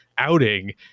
outing